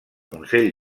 consell